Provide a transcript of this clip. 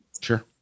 Sure